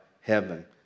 heaven